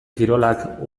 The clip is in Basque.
kirolak